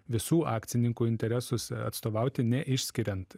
visų akcininkų interesus atstovauti neišskiriant